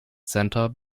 center